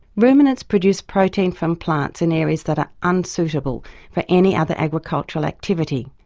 ruminants produce protein from plants in areas that are unsuitable for any other agricultural activity.